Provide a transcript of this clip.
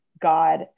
God